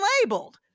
labeled